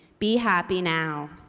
be happy now.